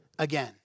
Again